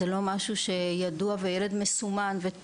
זה לא משהו שידוע וילד מסומן שאביו בכלא,